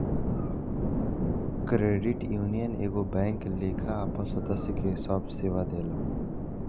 credit union एगो bank लेखा आपन सदस्य के सभ सेवा देला